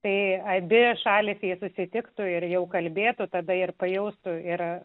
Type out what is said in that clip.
tai abi šalys jei susitiktų ir jau kalbėtų tada ir pajaustų ir